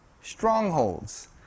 strongholds